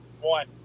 One